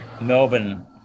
Melbourne